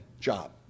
job